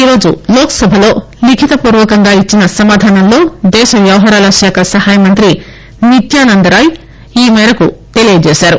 ఈరోజు లోక్సభలో లీఖితపూర్వకంగా ఇచ్చిన సమాధానంలో దేశ వ్యవహారాల సహాయ మంత్రి నిత్యానంద్ రాయ్ ఈ మేరకు తెలియజేశారు